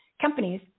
companies